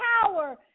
power